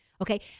Okay